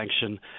sanction